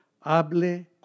hable